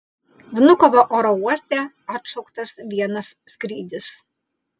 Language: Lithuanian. vnukovo oro uoste atšauktas vienas skrydis